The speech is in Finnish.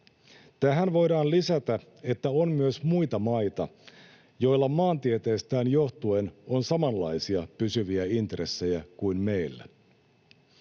Tähän voidaan lisätä, että on myös muita maita, joilla maantieteestään johtuen on samanlaisia pysyviä intressejä kuin meillä.